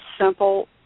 simple